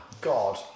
God